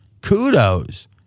kudos